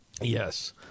Yes